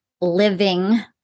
living